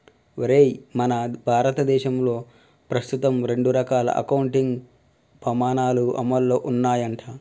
ఒరేయ్ మన భారతదేశంలో ప్రస్తుతం రెండు రకాల అకౌంటింగ్ పమాణాలు అమల్లో ఉన్నాయంట